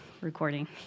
recording